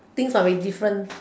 things might be different